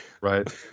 Right